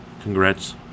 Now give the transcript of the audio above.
Congrats